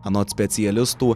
anot specialistų